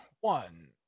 one